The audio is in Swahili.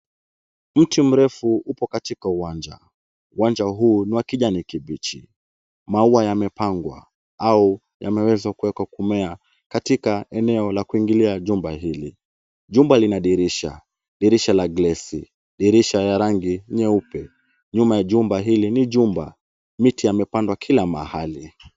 Mti mrefu upo katika uwanja. Uwanja huu ni wa kijani kibichi. Maua yamepangwa au yameweza kuwekwa kumea katika eneo la kuingia jumba hili. Jumba lina dirisha, dirisha la glasi. Dirisha ya rangi nyeupe. Nyuma ya jumba hili ni jumba. Miti yamepandwa kila mahali.